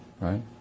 right